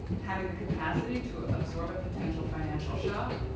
having the capacity to absorb a potential financial shock,